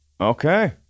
Okay